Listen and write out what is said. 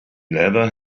never